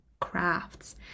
crafts